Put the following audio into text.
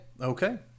Okay